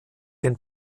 den